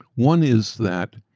one is that